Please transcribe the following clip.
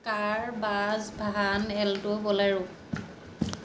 car bus van alto bolero